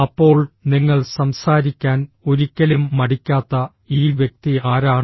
അപ്പോൾ നിങ്ങൾ സംസാരിക്കാൻ ഒരിക്കലും മടിക്കാത്ത ഈ വ്യക്തി ആരാണ്